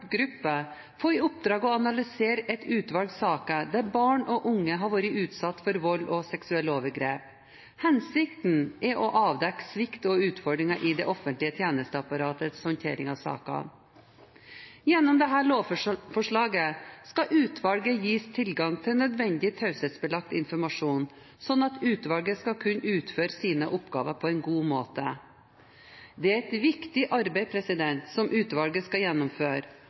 i oppdrag å analysere et utvalg saker der barn og unge har vært utsatt for vold og seksuelle overgrep. Hensikten er å avdekke svikt og utfordringer i det offentlige tjenesteapparatets håndtering av sakene. Gjennom dette lovforslaget skal utvalget gis tilgang til nødvendig taushetsbelagt informasjon, slik at utvalget skal kunne utføre sine oppgaver på en god måte. Det er et viktig arbeid utvalget skal gjennomføre,